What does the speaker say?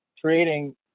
creating